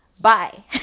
bye